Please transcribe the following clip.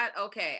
okay